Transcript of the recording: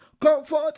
Comfort